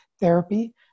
therapy